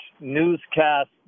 newscast